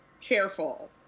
careful